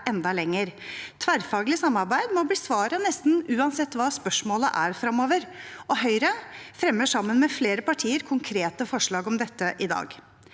enda lengre. Tverrfaglig samarbeid må fremover bli svaret nesten uansett hva spørsmålet er. Høyre fremmer sammen med flere partier konkrete forslag om dette i dag.